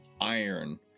iron